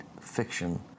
fiction